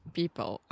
people